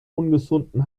ungesunden